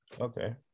okay